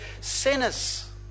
sinners